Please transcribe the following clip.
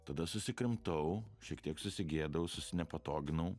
tada susikrimtau šiek tiek susigėdau susinepatoginau